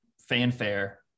fanfare